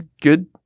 good